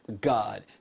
God